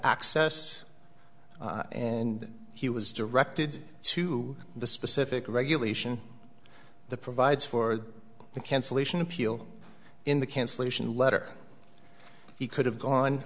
access and he was directed to the specific regulation the provides for the cancellation appeal in the cancellation letter he could have gone